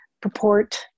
purport